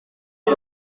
byo